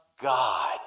God